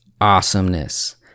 awesomeness